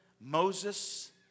Moses